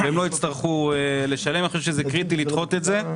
אני חושב שזה קריטי לדחות את זה.